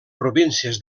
províncies